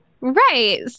Right